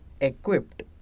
equipped